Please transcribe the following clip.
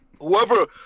whoever